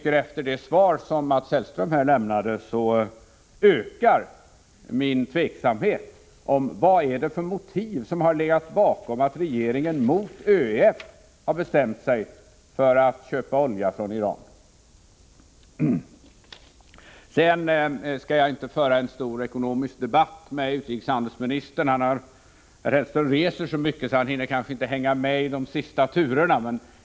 Efter det svår Mats Hellström här lämnade ökar min tveksamhet om vad det är för motiv som har legat bakom att regeringen mot ÖEF har bestämt sig för att köpa olja från Iran. Jag skall inte nu föra en stor ekonomisk debatt med utrikeshandelsministern. Mats Hellström reser ju så mycket att han kanske inte hinner hänga med i de senaste turerna.